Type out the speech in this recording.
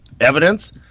evidence